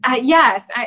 Yes